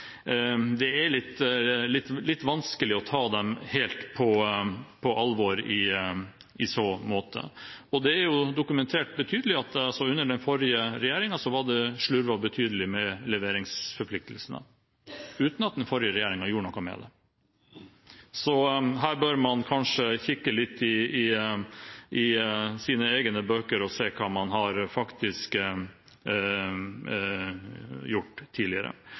det er litt vanskelig å ta dem helt på alvor i så måte. Det er dokumentert at under den forrige regjeringen ble det slurvet betydelig med leveringsforpliktelsene, uten at den forrige regjeringen gjorde noe med det. Man bør kanskje kikke litt i sine egne bøker og se på hva man faktisk har gjort tidligere.